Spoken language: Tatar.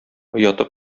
ояты